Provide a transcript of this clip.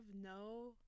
no